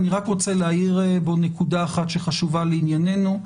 אני רק רוצה להאיר בו נקודה אחת שחשובה לענייננו.